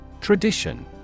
Tradition